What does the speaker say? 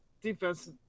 defense